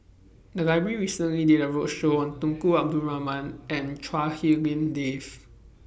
The Library recently did A roadshow on Tunku Abdul Rahman and Chua Hak Lien Dave